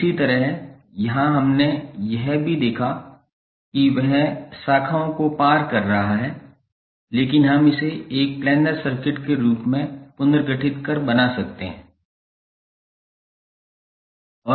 इसी तरह यहां हमने यह भी देखा कि यह शाखाओं को पार कर रहा है लेकिन हम इसे एक प्लैनर सर्किट के रूप में पुनर्गठित कर बना सकते हैं